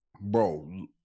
bro